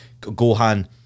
Gohan